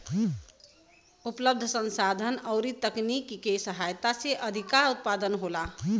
उपलब्ध संसाधन अउरी तकनीकी के सहायता से अधिका उत्पादन होला